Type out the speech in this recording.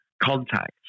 Contact